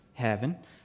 heaven